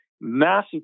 massive